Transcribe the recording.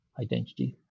identity